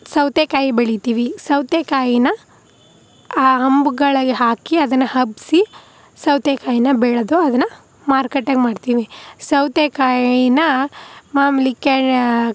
ಸೌತೆಕಾಯಿ ಬೆಳಿತೀವಿ ಸೌತೆಕಾಯಿನ ಆ ಹಂಬುಗಳಿಗೆ ಹಾಕಿ ಅದನ್ನು ಹಬ್ಬಿಸಿ ಸೌತೆಕಾಯಿನ ಬೆಳೆದು ಅದನ್ನು ಮಾರ್ಕೆಟಿಂಗ್ ಮಾಡ್ತೀನಿ ಸೌತೆಕಾಯಿನ ಮಾಮ್ಲಿ ಕ್ಯಾ